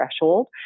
threshold